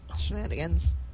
shenanigans